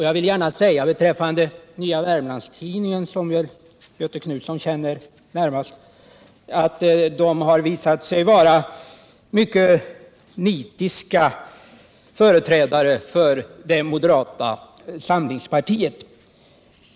Jag vill gärna säga beträffande Nya Wermlands-Tidningen, som Göthe Knutson känner närmast, att den visat sig vara en mycket nitisk företrädare för moderata samlingspartiet.